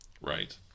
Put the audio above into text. right